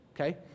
okay